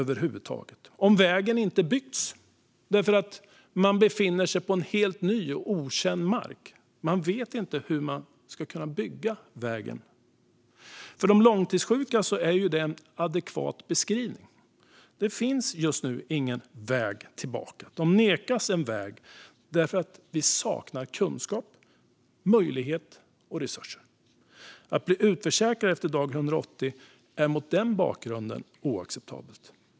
Vägen har kanske inte byggts för att man befinner sig på en helt ny och okänd mark. Man vet inte hur man ska kunna bygga vägen. För de långtidssjuka är detta en adekvat beskrivning. Det finns just nu ingen väg tillbaka. De nekas en väg, för att vi saknar kunskap, möjlighet och resurser. Att bli utförsäkrad efter dag 180 är mot den bakgrunden oacceptabelt.